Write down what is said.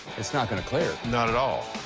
it's not gonna clear. not at all.